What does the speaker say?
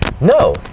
No